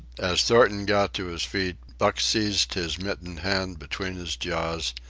as thornton got to his feet, buck seized his mittened hand between his jaws,